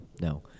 no